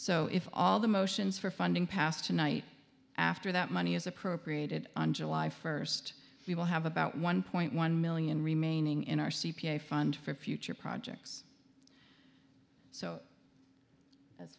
so if all the motions for funding passed tonight after that money is appropriated on july first we will have about one point one million remaining in our c p a fund for future projects so that's